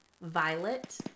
Violet